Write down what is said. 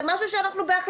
זה משהו שבהחלטה.